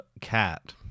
cat